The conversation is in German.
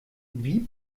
wie